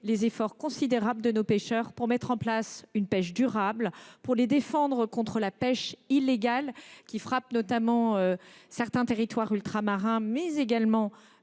les efforts considérables de nos pêcheurs pour mettre en place une pêche durable, de les défendre contre le phénomène de la pêche illégale, qui frappe non seulement certains territoires ultramarins, mais également